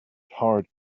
hard